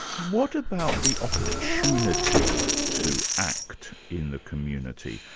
what about the opportunity to act in the community?